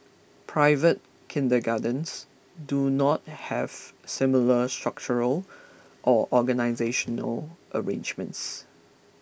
private kindergartens do not have similar structural or organisational arrangements